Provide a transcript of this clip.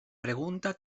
pregunta